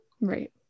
Right